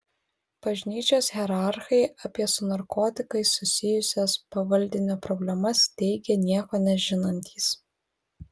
bažnyčios hierarchai apie su narkotikais susijusias pavaldinio problemas teigė nieko nežinantys